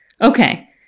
Okay